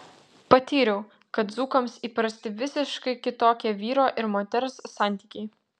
patyriau kad dzūkams įprasti visiškai kitokie vyro ir moters santykiai